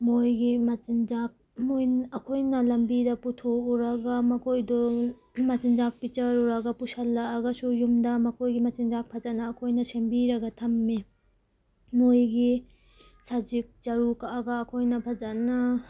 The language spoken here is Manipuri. ꯃꯣꯏꯒꯤ ꯃꯆꯤꯟꯖꯥꯛ ꯑꯩꯈꯣꯏꯅ ꯂꯝꯕꯤꯗ ꯄꯨꯊꯣꯛꯎꯔꯒ ꯃꯈꯣꯏꯗꯣ ꯃꯆꯤꯟꯖꯥꯛ ꯄꯤꯖꯔꯨꯔꯒ ꯄꯨꯁꯜꯂꯛꯑꯒꯁꯨ ꯌꯨꯝꯗ ꯃꯈꯣꯏꯒꯤ ꯃꯆꯤꯟꯖꯥꯛ ꯐꯖꯅ ꯑꯩꯈꯣꯏꯅ ꯁꯦꯝꯕꯤꯔꯒ ꯊꯝꯃꯤ ꯃꯣꯏꯒꯤ ꯁꯖꯤꯛ ꯆꯔꯨ ꯀꯛꯑꯒ ꯑꯩꯈꯣꯏꯅ ꯐꯖꯅ